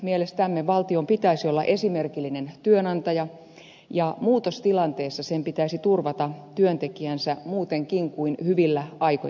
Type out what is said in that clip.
mielestämme valtion pitäisi olla esimerkillinen työnantaja ja muutostilanteessa sen pitäisi turvata työntekijänsä muutenkin kuin hyvillä aikeilla